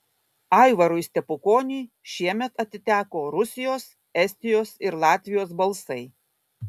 aivarui stepukoniui šiemet atiteko rusijos estijos ir latvijos balsai